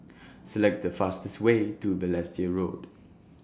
Select The fastest Way to Balestier Road